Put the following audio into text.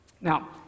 Now